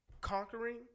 conquering